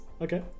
Okay